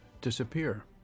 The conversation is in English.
disappear